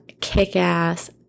kick-ass